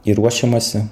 ir ruošiamasi